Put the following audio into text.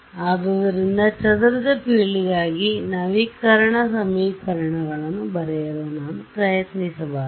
ಆದ್ದರಿಂದ ಚದುರಿದ ಫೀಲ್ಡ್ ಗಾಗಿ ನವೀಕರಣ ಸಮೀಕರಣಗಳನ್ನು ಬರೆಯಲು ನಾನು ಪ್ರಯತ್ನಿಸಬಾರದು